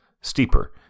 steeper